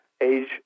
age